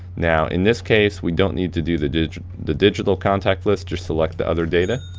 now, in this case we don't need to do the digital the digital contact list, just select the other data,